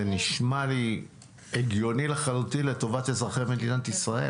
זה נשמע לי הגיוני לחלוטין לטובת אזרחי מדינת ישראל.